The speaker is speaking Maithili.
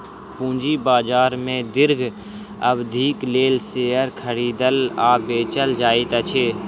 पूंजी बाजार में दीर्घ अवधिक लेल शेयर खरीदल आ बेचल जाइत अछि